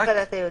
רק לדת היהודית.